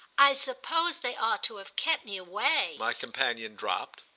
i suppose they ought to have kept me away, my companion dropped,